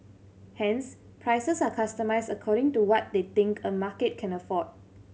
hence prices are customised according to what they think a market can afford